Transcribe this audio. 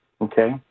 okay